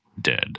dead